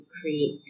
create